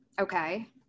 Okay